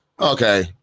okay